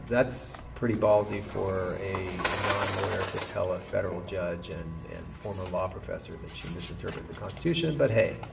that's pretty ballsy for a non-lawyer to tell a federal judge and and former law professor that she misinterpreted the constitution but, hey,